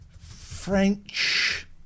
French